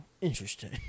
interesting